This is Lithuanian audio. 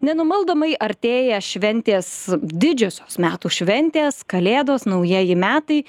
nenumaldomai artėja šventės didžiosios metų šventės kalėdos naujieji metai